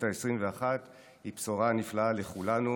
העשרים ואחת היא בשורה נפלאה לכולנו,